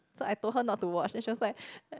so I told her not to watch then she was like